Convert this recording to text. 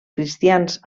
cristians